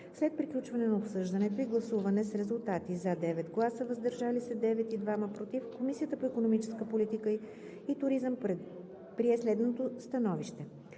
След приключване на обсъждането и гласуване с резултати: „за“ – 9 гласа, „въздържал се“ – 9 и „против“ – 2, Комисията по икономическа политика и туризъм прие следното становище: